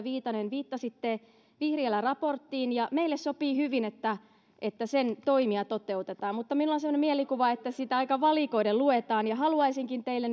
viitanen viittasitte vihriälän raporttiin meille sopii hyvin että että sen toimia toteutetaan mutta meillä on semmoinen mielikuva että sitä aika valikoiden luetaan haluaisinkin teille